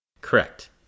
Correct